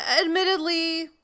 admittedly